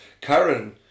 Karen